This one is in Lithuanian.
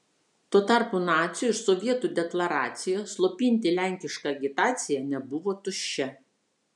tuo tarpu nacių ir sovietų deklaracija slopinti lenkišką agitaciją nebuvo tuščia